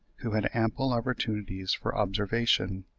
who had ample opportunities for observation.